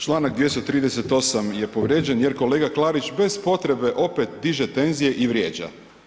Čl. 238 je povrijeđen jer kolega Klarić bez potrebe opet diže tenzije i vrijeđa.